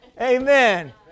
Amen